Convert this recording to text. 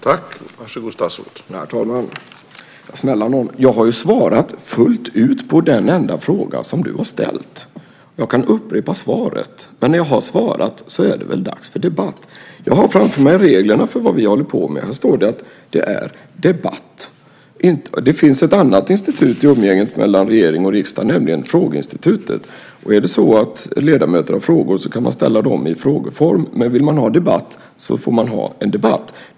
Herr talman! Snälla nån - jag har ju svarat fullt ut på den enda fråga som Nina Lundström har ställt! Jag kan upprepa svaret. Men när jag har svarat så är det väl dags för debatt? Jag har framför mig reglerna för vad vi håller på med. Här står det att det är just debatt. Det finns ett annat institut i umgänget mellan regering och riksdag, nämligen frågeinstitutet. Är det så att ledamöter har frågor så kan man ställa dem i frågeform. Men om man vill ha debatt så får man ha en debatt.